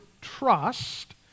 trust